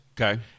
Okay